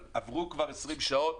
אבל עברו כבר 20 שעות,